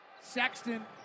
Sexton